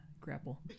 grapple